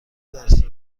درسی